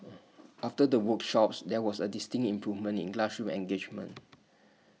after the workshops there was A distinct improvement in classroom engagement